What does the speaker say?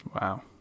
Wow